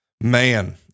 Man